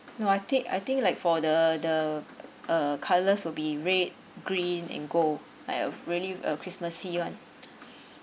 no I think I think like for the the uh colors will be red green and gold I've really a christmassy [one]